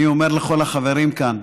אני אומר לכל החברים כאן,